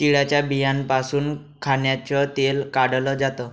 तिळाच्या बियांपासून खाण्याचं तेल काढल जात